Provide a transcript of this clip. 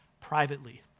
privately